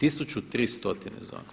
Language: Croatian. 1300 zona.